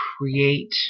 create